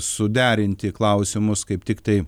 suderinti klausimus kaip tiktai